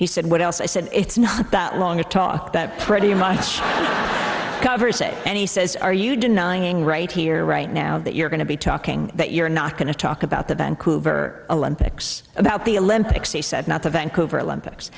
he said what else i said it's not that long to talk that pretty much i cover say and he says are you denying right here right now that you're going to be talking that you're not going to talk about the vancouver olympics about the olympics he said not the vancouver olympics